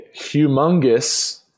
humongous